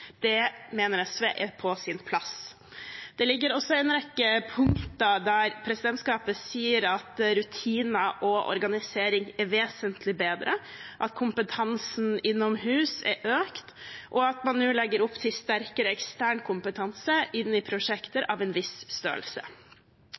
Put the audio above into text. det mener SV er på sin plass. Det ligger også en rekke punkter der presidentskapet sier at rutiner og organisering er vesentlig bedre, at kompetansen innomhus er økt, og at man nå legger opp til sterkere ekstern kompetanse inn i prosjekter